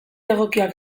egokiak